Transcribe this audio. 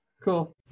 cool